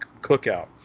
cookout